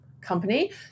Company